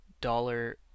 dollar